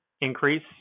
increase